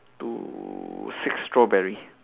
two six strawberry